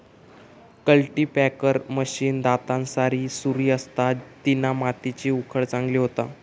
cultipacker machine दातांसारी सुरी असता तिना मातीची उकळ चांगली होता